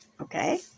okay